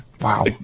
wow